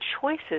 choices